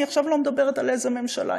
אני עכשיו לא מדברת על איזו ממשלה,